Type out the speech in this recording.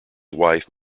wife